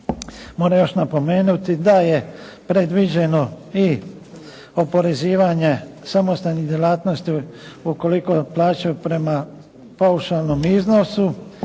Moram još napomenuti da je predviđeno i oporezivanje samostalne djelatnosti. Ukoliko plaćaju prema paušalnom iznosu